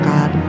God